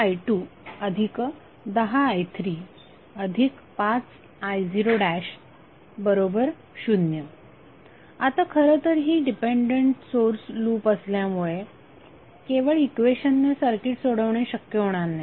5i1 i210i35i00 आता खरतर ही डिपेंडंट सोर्स लूप असल्यामुळे केवळ इक्वेशनने सर्किट सोडवणे शक्य होणार नाही